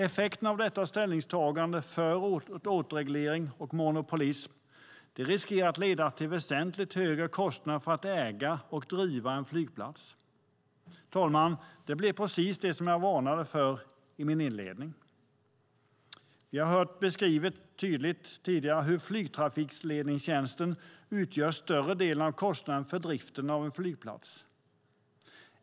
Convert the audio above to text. Effekten av detta ställningstagande för återreglering och monopolism riskerar att leda till väsentligt högre kostnader för att äga och driva en flygplats. Det blir precis som jag varnade för i min inledning. Vi har fått beskrivet för oss hur flygtrafikledningstjänsten utgör större delen av kostnaden för driften av en flygplats.